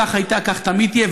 כך הייתה וכך תמיד תהיה.